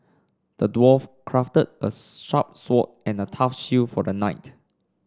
the dwarf crafted a sharp sword and a tough shield for the knight